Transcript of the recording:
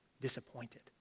disappointed